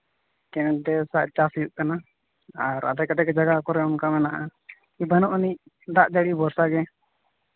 canal ᱛᱮ ᱪᱟᱥ ᱦᱩᱭᱩᱜ ᱠᱟᱱᱟ ᱟᱨ ᱟᱫᱷᱮᱠ ᱟᱫᱷᱮᱠ ᱡᱟᱭᱜᱟ ᱠᱚᱨᱮ ᱚᱱᱠᱟ ᱢᱮᱱᱟᱜᱼᱟ ᱵᱟᱹᱱᱩᱜ ᱟᱹᱱᱤᱡ ᱫᱟᱜ ᱡᱟᱹᱲᱤ ᱵᱷᱚᱨᱥᱟ ᱜᱮ